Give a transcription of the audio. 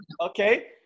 Okay